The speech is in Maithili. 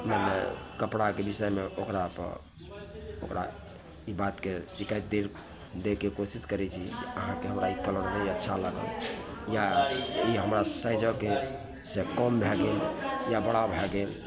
मने कपड़ाके बिषयमे ओकरा पर ओकरा ई बातके शिकायत दे देके कोशिश करैत छी कि अहाँके हमरा ई कलर नहि अच्छा लागल या ई हमरा साइजक एहि से कम भए गेल या बड़ा भए गेल